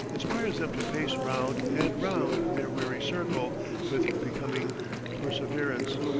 inspires them to pace round and round their weary circle with becoming perseverance,